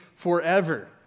forever